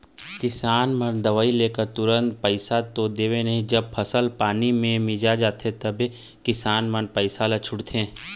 किसान मन ह दवई लेके तुरते पइसा तो देवय नई जब फसल पानी ह मिंजा जाथे तभे किसान मन ह पइसा ल छूटथे